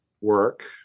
work